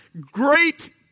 great